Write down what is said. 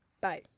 bye